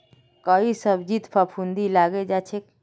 कई सब्जित फफूंदी लगे जा छे